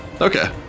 Okay